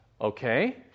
Okay